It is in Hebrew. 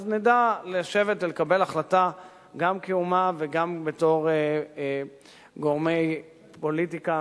אז נדע לשבת ולקבל החלטה גם כאומה וגם בתור גורמי פוליטיקה,